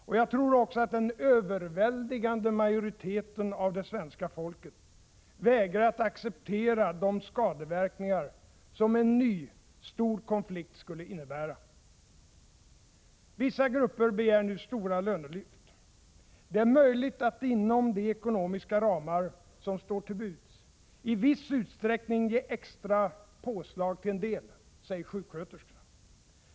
Och jag tror också att den överväldigande majoriteten av det svenska folket vägrar att acceptera de skadeverkningar som en ny, stor konflikt skulle innebära. Vissa grupper begär nu stora lönelyft. Det är möjligt att, inom de ekonomiska ramar som står till buds, i viss utsträckning ge extra påslag till en del, säg sjuksköterskorna.